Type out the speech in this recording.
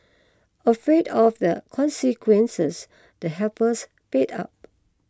afraid of the consequences the helpers paid up